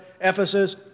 Ephesus